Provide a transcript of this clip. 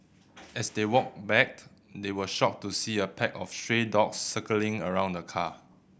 as they walked back they were shocked to see a pack of stray dogs circling around the car